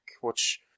which-